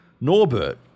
Norbert